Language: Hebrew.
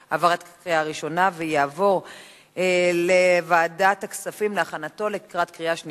2011, לוועדת הכספים נתקבלה.